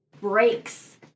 breaks